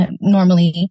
normally